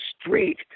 street